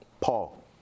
Paul